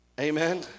Amen